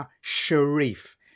Sharif